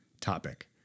topic